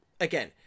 again